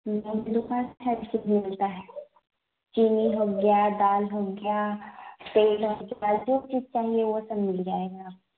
میری دوکان پہ ہر چیز ملتا ہے چینی ہو گیا دال ہو گیا تیل ہو گیا جو چیز چاہیے وہ سب مل جائے گا آپ کو